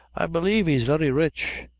i b'lieve he's very rich.